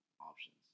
options